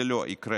זה לא יקרה.